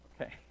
okay